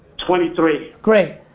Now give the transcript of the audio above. twenty three. great.